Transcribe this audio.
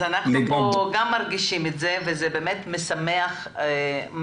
אז אנחנו פה גם מרגישים את זה וזה באמת משמח מאוד.